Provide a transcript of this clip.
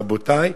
רבותי,